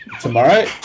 Tomorrow